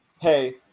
hey